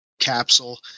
capsule